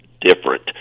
different